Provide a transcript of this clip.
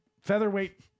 Featherweight